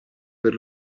per